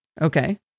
Okay